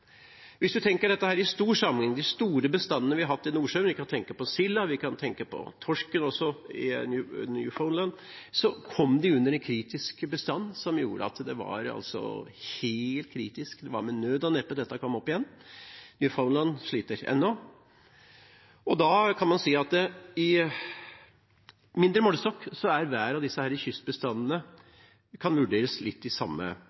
Hvis man tenker dette i stor sammenheng og på de store bestandene vi har hatt i Nordsjøen – vi kan tenke på silda, vi kan tenke på torsken også i Newfoundland – kom de under en bestand som gjorde at det var helt kritisk. Det var med nød og neppe dette kom opp igjen. Newfoundland sliter ennå. Da kan man si at i mindre målestokk kan hver av disse kystbestandene vurderes litt i samme